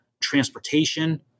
transportation